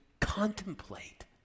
contemplate